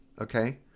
okay